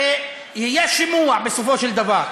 הרי יהיה שימוע, בסופו של דבר.